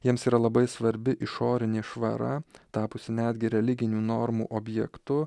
jiems yra labai svarbi išorinė švara tapusi netgi religinių normų objektu